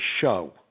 show